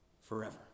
forever